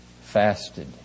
fasted